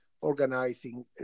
organizing